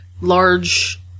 large